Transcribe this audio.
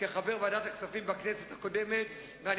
האם